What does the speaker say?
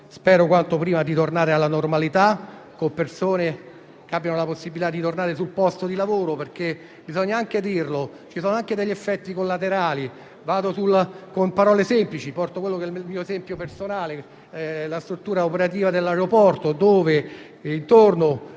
Spero quanto prima di tornare alla normalità, con persone che abbiano la possibilità di tornare sul posto di lavoro, perché bisogna anche dire che ci sono degli effetti collaterali. Con parole semplici, porto un esempio personale, quello della struttura operativa dell'aeroporto, dove intorno